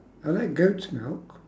I like goat's milk